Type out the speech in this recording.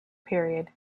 period